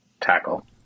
Tackle